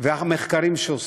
והמחקרים שעושים,